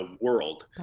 world